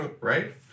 Right